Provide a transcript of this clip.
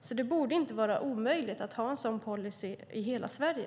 Det borde därför inte vara omöjligt att ha en sådan policy i hela Sverige.